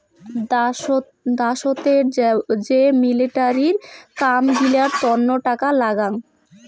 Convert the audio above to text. দ্যাশোতের যে মিলিটারির কাম গিলার তন্ন টাকা লাগাং